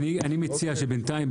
אני מציע שבנתיים,